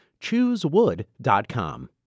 Choosewood.com